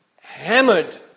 hammered